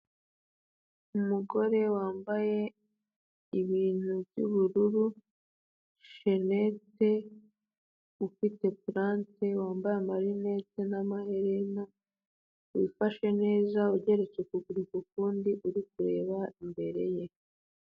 Umugore wambaye ibintu by'ubururu, shenete, ufite purante, wambaye amarinete n'amaherena, wifashe neza ugeretse ukugurukundi, uri kureba imbere ye.